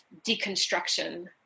deconstruction